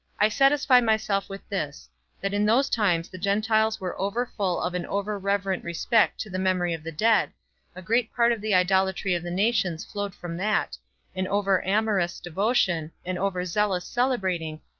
i satisfy myself with this that in those times the gentiles were over-full of an over-reverent respect to the memory of the dead a great part of the idolatry of the nations flowed from that an over-amorous devotion, an over-zealous celebrating,